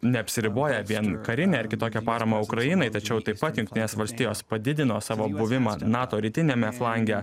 neapsiriboja vien karine ar kitokia parama ukrainai tačiau taip pat jungtinės valstijos padidino savo buvimą nato rytiniame flange